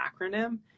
acronym